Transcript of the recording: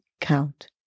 count